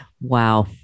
Wow